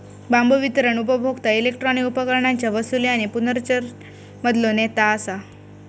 बांबू वितरण उपभोक्ता इलेक्ट्रॉनिक उपकरणांच्या वसूली आणि पुनर्चक्रण मधलो नेता असा